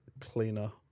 cleaner